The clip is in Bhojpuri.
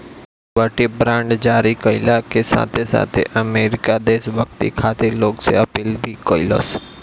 लिबर्टी बांड जारी कईला के साथे साथे अमेरिका देशभक्ति खातिर लोग से अपील भी कईलस